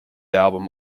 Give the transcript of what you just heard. album